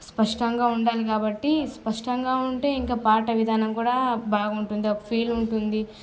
స్పష్టంగా ఉండాలి కాబట్టి స్పష్టంగా ఉంటే ఇంకా పాట విధానం కూడా బాగుంటుంది ఒక ఫీల్ ఉంటుంది